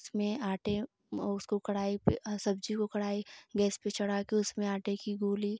उसमें आंटे वो उसको कढ़ाई पर सब्जी वो कढ़ाई गैस पर चढ़ा कर उसमें आंटे की गोली